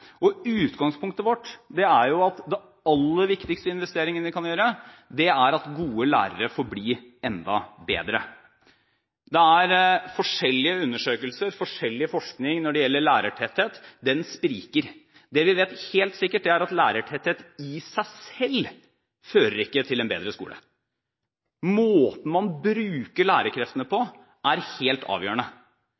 og utgangspunktet vårt er at den aller viktigste investeringen vi kan gjøre, er at gode lærere får bli enda bedre. Det er forskjellige undersøkelser, forskjellig forskning, når det gjelder lærertetthet, som spriker. Det vi vet helt sikkert, er at lærertetthet i seg selv ikke fører til en bedre skole. Måten man bruker lærerkreftene på,